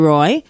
Roy